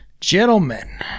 Gentlemen